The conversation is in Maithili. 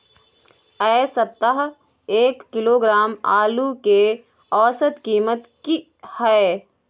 ऐ सप्ताह एक किलोग्राम आलू के औसत कीमत कि हय?